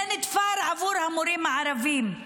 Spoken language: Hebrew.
זה נתפר עבור המורים הערבים.